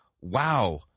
wow